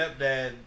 stepdad